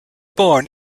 born